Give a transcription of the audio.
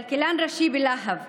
כלכלן ראשי בלהב,